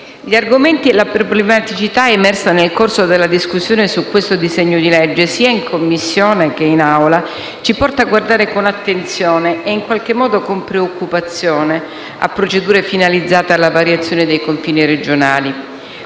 gli argomenti e la problematicità emersi nel corso della discussione su questo disegno di legge, sia in Commissione che in Aula, ci portano a guardare con attenzione e in qualche modo con preoccupazione a procedure finalizzate alla variazione dei confini regionali.